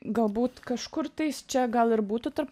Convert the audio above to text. galbūt kažkur tais čia gal ir būtų tarp